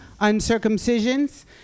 uncircumcisions